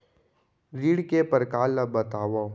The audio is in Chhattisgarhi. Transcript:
ऋण के परकार ल बतावव?